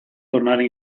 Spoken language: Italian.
tornare